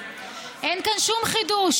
אין כאן שום חידוש.